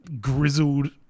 grizzled